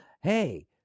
Hey